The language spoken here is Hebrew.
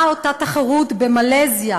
מהי אותה תחרות במלזיה,